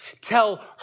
Tell